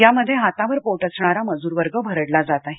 या मध्ये हातावर पोट असणारा मजुरवर्ग भरडला जात आहे